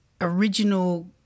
original